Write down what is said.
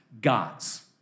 God's